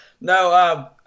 No